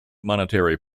monetary